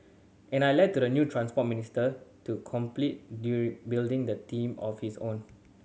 and I led to the new Transport Minister to complete building a team on his own